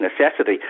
necessity